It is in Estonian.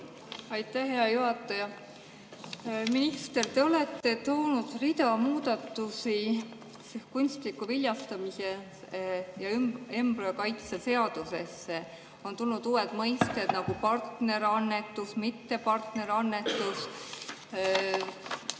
Aitäh, hea juhataja! Minister, te olete toonud rea muudatusi kunstliku viljastamise ja embrüokaitse seadusesse. On tulnud uued mõisted, nagu "partnerannetus", "mittepartnerannetus".